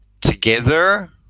together